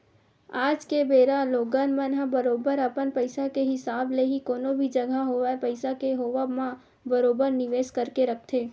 आज के बेरा लोगन मन ह बरोबर अपन पइसा के हिसाब ले ही कोनो भी जघा होवय पइसा के होवब म बरोबर निवेस करके रखथे